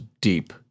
deep